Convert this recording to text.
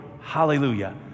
hallelujah